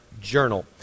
Journal